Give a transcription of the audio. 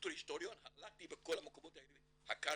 בתור היסטוריון הלכתי לכל המקומות האלה וחקרתי,